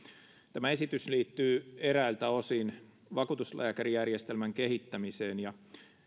tämä esitys liittyy eräiltä osin vakuutuslääkärijärjestelmän kehittämiseen ja